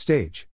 Stage